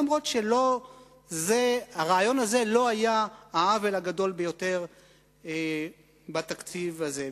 גם אם הרעיון הזה לא היה העוול הגדול ביותר בתקציב הזה.